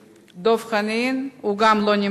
לפי התקנון, הוא לא נמצא,